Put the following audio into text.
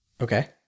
Okay